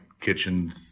kitchen